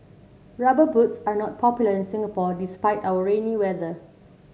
rubber boots are not popular in Singapore despite our rainy weather